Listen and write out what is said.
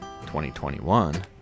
2021